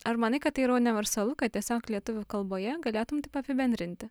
ar manai kad tai yra universalu kad tiesiog lietuvių kalboje galėtum taip apibendrinti